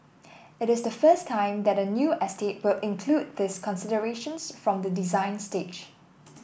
it is the first time that a new estate will include these considerations from the design stage